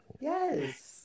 Yes